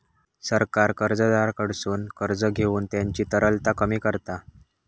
सरकार कर्जदाराकडसून कर्ज घेऊन त्यांची तरलता कमी करता